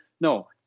No